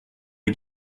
les